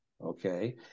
okay